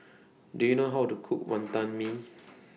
Do YOU know How to Cook Wantan Mee